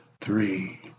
three